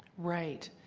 right.